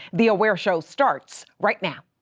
the aware show starts right now.